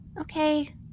Okay